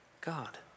God